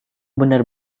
benar